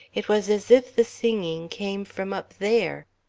it was as if the singing came from up there.